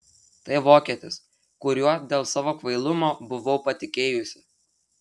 tai vokietis kuriuo dėl savo kvailumo buvau patikėjusi